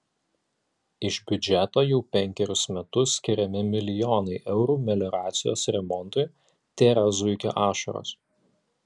iš biudžeto jau penkerius metus skiriami milijonai eurų melioracijos remontui tėra zuikio ašaros